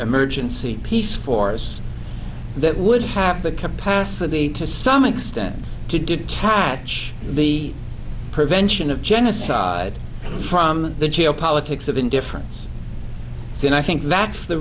emergency peace force that would have the capacity to some extent to detach the prevention of genocide from the geopolitics of indifference and i think that's the